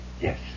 Yes